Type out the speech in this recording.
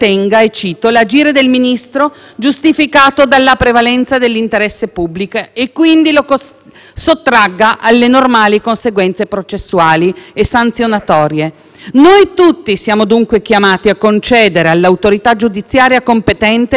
sottragga alle normali conseguenze processuali e sanzionatorie». Noi tutti siamo dunque chiamati a concedere all'autorità giudiziaria competente l'autorizzazione a procedere nei confronti del Ministro, ma la legge costituzionale del 1989